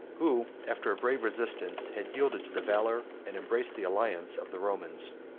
who, after a brave resistance, had yielded to the valor and embraced the alliance, of the romans.